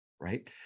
right